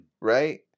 Right